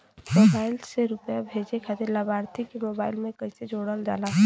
Mobile से रूपया भेजे खातिर लाभार्थी के मोबाइल मे कईसे जोड़ल जाला?